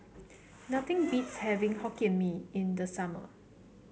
nothing beats having Hokkien Mee in the summer